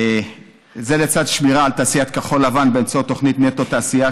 זה לצד השמירה על תעשייה כחול-לבן באמצעות תוכנית נטו תעשייה,